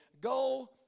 go